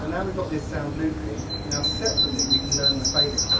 and and we've got this sound looping, now separately we can learn the fader